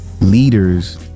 leaders